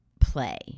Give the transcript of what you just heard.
play